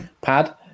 Pad